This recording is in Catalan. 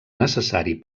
necessari